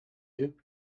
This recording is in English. you